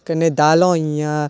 कन्नै दालां होई गेइयां